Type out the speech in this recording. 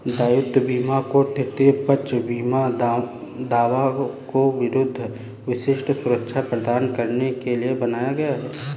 दायित्व बीमा को तृतीय पक्ष बीमा दावों के विरुद्ध विशिष्ट सुरक्षा प्रदान करने के लिए बनाया गया है